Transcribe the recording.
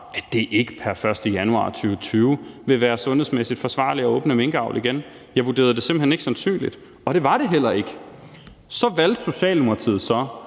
vurdering ikke pr. 1. januar 2022 være sundhedsmæssigt forsvarligt at åbne minkerhvervet igen. Jeg vurderede simpelt hen ikke, at var sandsynligt, og det var det heller ikke. Så valgte Socialdemokratiet så